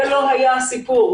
זה לא היה הסיפור,